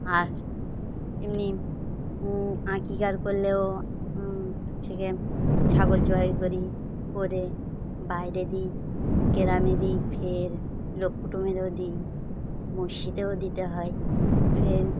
আর এমনি আকিকা করলেও হচ্ছে কি ছাগল জবাই করি করে বাইরে দিই গ্রামে দিই ফের লোক কুটুম্বেরও দিই মসজিদেও দিতে হয় ফের